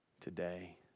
today